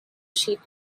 sheet